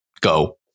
Go